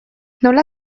nola